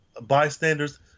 bystanders